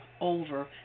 over